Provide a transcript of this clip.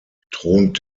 thront